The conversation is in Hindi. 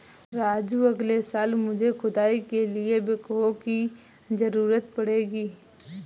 राजू अगले साल मुझे खुदाई के लिए बैकहो की जरूरत पड़ेगी